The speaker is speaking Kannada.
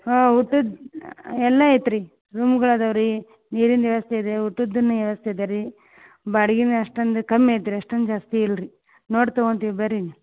ಹಾಂ ಊಟದ್ದು ಎಲ್ಲ ಐತೆ ರೀ ರೂಮುಗಳು ಅದವೆ ರೀ ನೀರಿನ ವ್ಯವಸ್ಥೆಯಿದೆ ಊಟದನು ವ್ಯವಸ್ಥೆ ಇದೆ ರೀ ಬಾಡಿಗೇನು ಅಷ್ಟೊಂದು ಕಮ್ಮಿ ಐತೆ ರೀ ಅಷ್ಟೊಂದು ಜಾಸ್ತಿ ಇಲ್ಲ ರೀ ನೋಡಿ ತಗೋಂತಿವಿ ಬರ್ರೀ ನೀವು